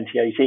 2018